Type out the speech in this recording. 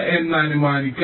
എന്ന് അനുമാനിക്കും